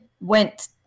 went